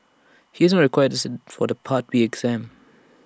he is not required to sit for the part B exam